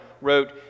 wrote